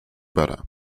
better